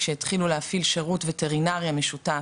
כשהתחילו להפעיל שירות וטרינריה משותף,